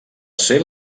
ser